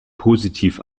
positiv